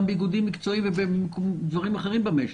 גם באיגודים מקצועיים ובדברים אחרים במשק.